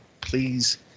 Please